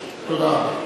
תודה.